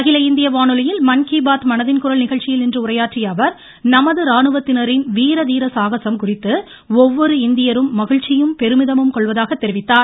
அகில இந்திய வானொலியில் மன்கிபாத் மனதின் குரல் நிகழ்ச்சியில் இன்று உரையாற்றிய அவர் நமது ராணுவத்தினரின் வீர தீர சாகசம் குறித்து ஒவ்வொரு இந்தியரும் மகிழ்ச்சியும் பெருமிதமும் கொள்வதாக தெரிவித்தார்